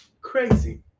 Crazy